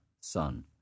sun